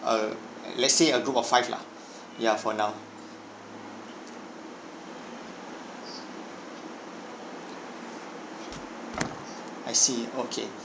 uh let's say a group of five lah ya for now I see okay